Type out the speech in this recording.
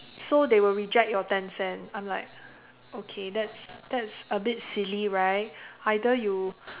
so they will reject your ten cent I'm like okay that's that's a bit silly right either you